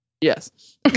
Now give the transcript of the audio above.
Yes